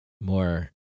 more